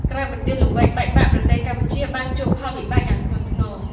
ក្រោយបន្ទាយលង្វែកបែកបាក់ ប្រទេសកម្ពុជាបានជួបផលវិបាកយ៉ាងធ្ងន់ធ្ងរ។